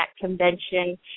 convention